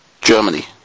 Germany